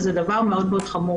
וזה דבר מאוד מאוד חמור.